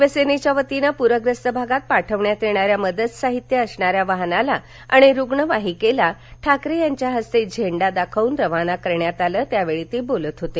शिवसेनेच्या वतीन पूरग्रस्त भागात पाठवण्यात येणाऱ्या मदत साहित्य असणाऱ्या वाहनाला आणि रुग्णवाहिकेला ठाकरे यांच्या हस्ते झेंडा दाखवून रवाना करण्यात आलं त्यावेळी ते बोलत होते